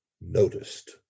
noticed